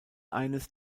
eines